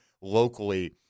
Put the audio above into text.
locally